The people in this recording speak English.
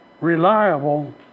reliable